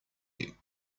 you